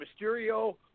Mysterio